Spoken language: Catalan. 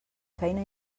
feina